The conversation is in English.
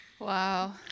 Wow